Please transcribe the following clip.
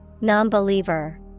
Non-believer